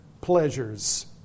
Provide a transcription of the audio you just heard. pleasures